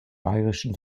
bayerischen